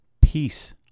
Peace